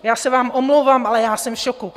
Já se vám omlouvám, ale já jsem v šoku.